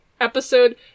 episode